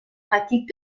pratiques